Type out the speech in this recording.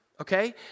okay